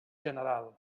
general